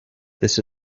this